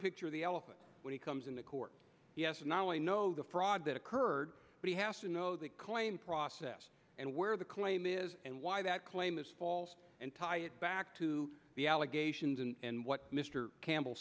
picture of the elephant when he comes into court yes not only know the fraud that occurred but he has to know that claim process and where the claim is and why that claim is false and tie it back to the allegations and what mr campbell